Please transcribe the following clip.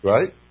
Right